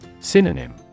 Synonym